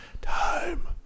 Time